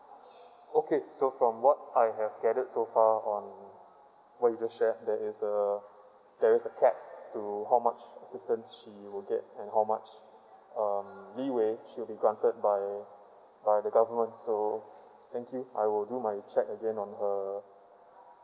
okay so from what I have gathered so far on what you just shared there is uh there's a cap to how much assistance she will get and how much uh leeway she'll be granted by by the government so thank you I will do my check again on her